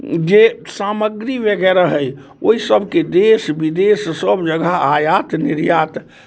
जे सामग्री वगैरह अइ ओहि सभके देश विदेश सभ जगह आयात निर्यात